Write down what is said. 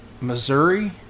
Missouri